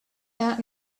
aunt